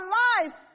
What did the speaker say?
life